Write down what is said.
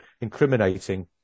incriminating